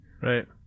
Right